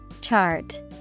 Chart